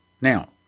Now